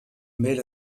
made